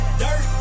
dirt